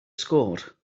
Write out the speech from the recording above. sgôr